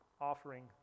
offering